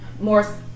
more